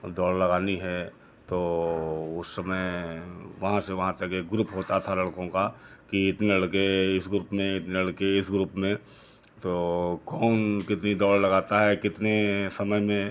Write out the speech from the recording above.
और दौड़ लगानी है तो उस समय वहाँ से वहाँ तक एक ग्रुप होता था लड़कों का कि इतने लड़के इस ग्रुप में इतने लड़के इस ग्रुप में तो कौन कितनी दौड़ लगाता है कितने समय में